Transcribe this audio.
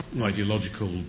ideological